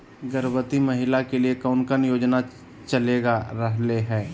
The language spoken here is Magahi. गर्भवती महिला के लिए कौन कौन योजना चलेगा रहले है?